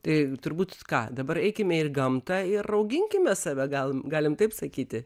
tai turbūt ką dabar eikime į gamtą ir auginkime save gal galim taip sakyti